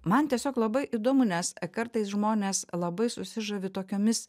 man tiesiog labai įdomu nes kartais žmonės labai susižavi tokiomis